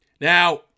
Now